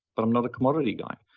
but i'm not a commodity guy.